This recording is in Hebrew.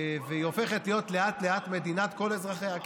והיא הופכת להיות, לאט-לאט, למדינת כל אזרחיה.